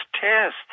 test